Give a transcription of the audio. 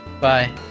Bye